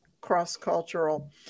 cross-cultural